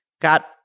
got